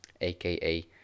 AKA